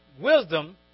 wisdom